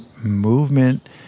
movement